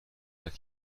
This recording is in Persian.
کرد